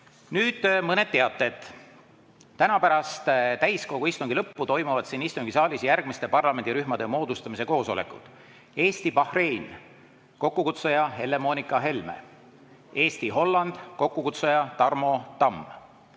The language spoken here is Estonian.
Nüüd mõned teated. Täna pärast täiskogu istungi lõppu toimuvad siin istungisaalis järgmiste parlamendirühmade moodustamise koosolekud: Eesti-Bahrein, kokkukutsuja Helle-Moonika Helme; Eesti-Holland, kokkukutsuja Tarmo Tamm.